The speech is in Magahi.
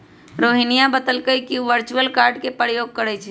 रोहिणी बतलकई कि उ वर्चुअल कार्ड के प्रयोग करई छई